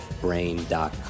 brain.com